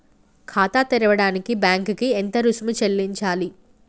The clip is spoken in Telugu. ఖాతా తెరవడానికి బ్యాంక్ కి ఎంత రుసుము చెల్లించాలి?